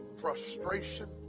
frustration